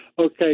Okay